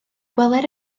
gweler